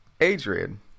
Adrian